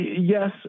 yes